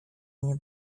nie